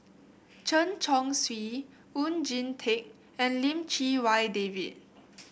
Chen Chong Swee Oon Jin Teik and Lim Chee Wai David